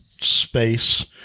space